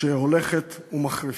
שהולכת ומחריפה.